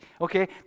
okay